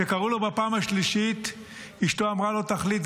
כשקראו לו בפעם השלישית אשתו אמרה לו: תחליט,